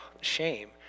shame